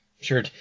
sure